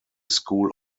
school